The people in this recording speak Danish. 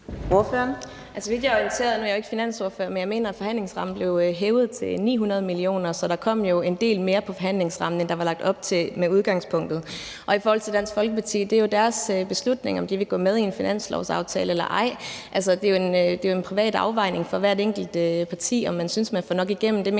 jeg jo ikke finansordfører, men så vidt jeg er orienteret, blev forhandlingsrammen hævet til 900 mio. kr., så der kom jo en del mere i forhandlingsrammen, end der var lagt op til i udgangspunktet. I forhold til Dansk Folkeparti vil jeg sige, at det jo er deres beslutning, om de vil gå med i en finanslovsaftale eller ej. Det er jo en privat afvejning for hvert enkelt parti, om man synes, man får nok igennem. Det mente